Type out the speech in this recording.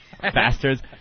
Bastards